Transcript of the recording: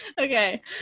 Okay